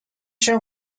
się